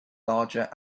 larger